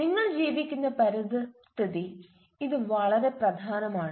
നിങ്ങൾ ജീവിക്കുന്ന പരിസ്ഥിതി ഇത് വളരെ പ്രധാനമാണ്